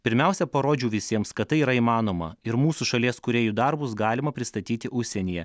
pirmiausia parodžiau visiems kad tai yra įmanoma ir mūsų šalies kūrėjų darbus galima pristatyti užsienyje